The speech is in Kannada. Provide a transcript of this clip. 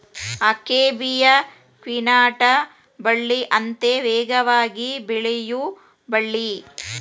ಅಕೇಬಿಯಾ ಕ್ವಿನಾಟ ಬಳ್ಳಿ ಅತೇ ವೇಗವಾಗಿ ಬೆಳಿಯು ಬಳ್ಳಿ